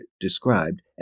described